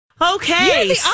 Okay